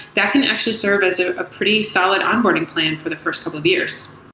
that can actually serve as a ah pretty solid onboarding plan for the first couple of years